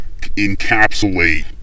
encapsulate